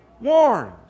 warned